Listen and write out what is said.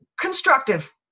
constructive